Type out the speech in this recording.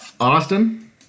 Austin